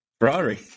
Ferrari